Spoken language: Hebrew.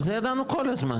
אבל את זה ידענו כל הזמן.